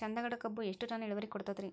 ಚಂದಗಡ ಕಬ್ಬು ಎಷ್ಟ ಟನ್ ಇಳುವರಿ ಕೊಡತೇತ್ರಿ?